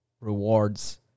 rewards